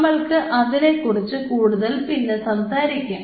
നമ്മൾക്ക് അതിനെക്കുറിച്ച് കൂടുതൽ പിന്നെ സംസാരിക്കാം